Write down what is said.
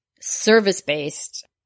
service-based